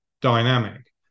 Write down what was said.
dynamic